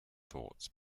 thoughts